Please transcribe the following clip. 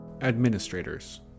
administrators